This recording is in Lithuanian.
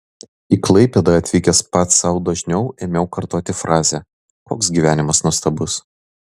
į klaipėdą atvykęs pats sau dažniau ėmiau kartoti frazę koks gyvenimas nuostabus